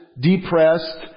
depressed